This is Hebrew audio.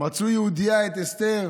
מצאו יהודייה, את אסתר